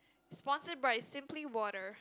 sponsor by simply boarder